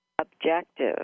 objective